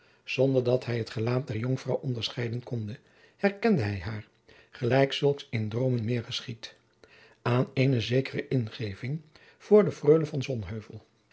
zonder dat hij het gelaat der jonkvrouw onderscheiden konde herkende hij haar gelijk zulks in droomen meer geschiedt aan eene zekere ingeving voor de freule